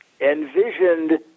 envisioned